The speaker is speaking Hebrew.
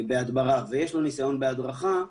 בהדברה, ויש לו ניסיון בהדרכה,